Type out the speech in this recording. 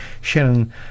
Shannon